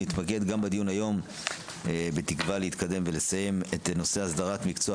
ונתמקד גם בדיון היום בתקווה להתקדם ולסיים את נושא הסדרת מקצוע